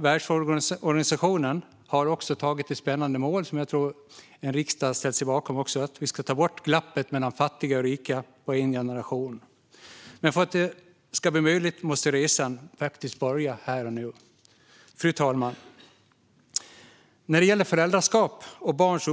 Världshälsoorganisationen, WHO, har också satt ett spännande mål, som jag tror att riksdagen har ställt sig bakom. Det handlar om att vi ska ta bort glappet mellan fattiga och rika på en generation. För att det ska bli möjligt måste dock resan börja här och nu. Fru talman! När det gäller föräldraskap och barns